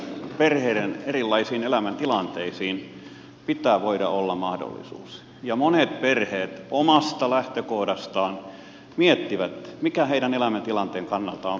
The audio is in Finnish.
perheiden erilaisiin elämäntilanteisiin pitää voida olla mahdollisuus ja monet perheet omasta lähtökohdastaan miettivät mikä heidän elämäntilanteensa kannalta on paras vaihtoehto